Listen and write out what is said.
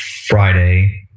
Friday